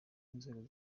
inzego